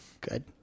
Good